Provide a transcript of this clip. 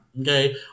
Okay